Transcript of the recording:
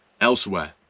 elsewhere